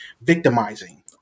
victimizing